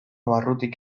barrutik